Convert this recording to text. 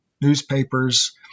newspapers